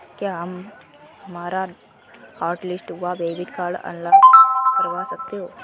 क्या हम हमारा हॉटलिस्ट हुआ डेबिट कार्ड अनब्लॉक करवा सकते हैं?